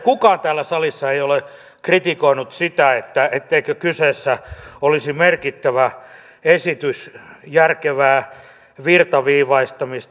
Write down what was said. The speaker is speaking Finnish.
kukaan täällä salissa ei ole kritikoinut sitä etteikö kyseessä olisi merkittävä esitys järkevää virtaviivaistamista